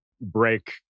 break